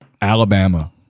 Alabama